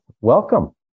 welcome